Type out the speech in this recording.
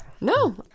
no